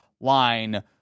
line